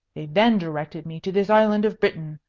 they then directed me to this island of britain,